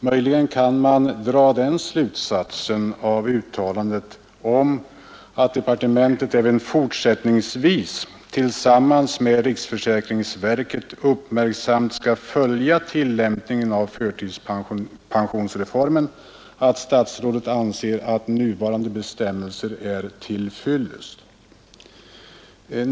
Möjligen kan man av uttalandet, att departementet även fortsättningsvis tillsammans med riksförsäkringsverket uppmärksamt skall följa tillämpningen av förtidspensionsreformen, dra den slutsatsen att statsrådet anser att nuvarande bestämmelser är till fyllest.